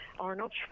Arnold